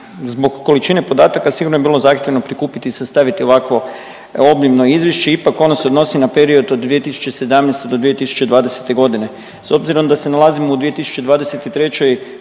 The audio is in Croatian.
zbog količine podataka sigurno je bilo zahtjevno prikupiti i sastaviti ovako obilno izvješće, ipak ono se odnosi na period od 2017.-2020.g. S obzirom da se nalazimo u 2023.g.